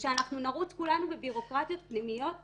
ושאנחנו נרוץ כולנו בבירוקרטיות פנימיות.